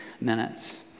minutes